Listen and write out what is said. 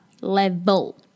level